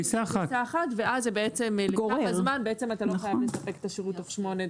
טיסה אחת ואז אתה לא חייב לספק את השירות תוך שמונה דקות.